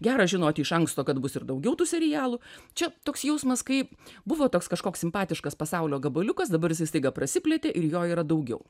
gera žinoti iš anksto kad bus ir daugiau tų serialų čia toks jausmas kaip buvo toks kažkoks simpatiškas pasaulio gabaliukas dabar jisai staiga prasiplėtė ir jo yra daugiau